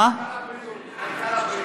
העיקר הבריאות.